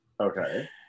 Okay